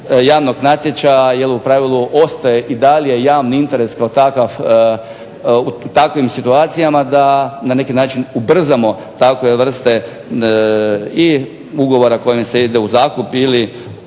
javnog natječaja jer u pravilu ostaje i dalje javni interes kao takav u takvim situacijama da na neki način ubrzamo takve vrste i ugovora kojim se ide u zakup ili